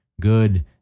good